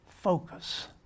focus